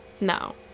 No